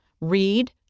Read